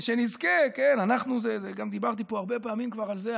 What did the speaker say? ושנזכה אנחנו, גם דיברתי פה הרבה פעמים על זה.